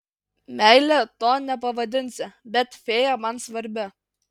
meile to nepavadinsi bet fėja man svarbi